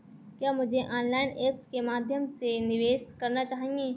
क्या मुझे online apps के माध्यम से निवेश करना चाहिए?